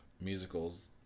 musicals